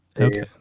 Okay